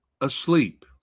asleep